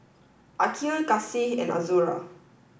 Aqil Kasih and Azura